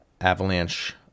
Avalanche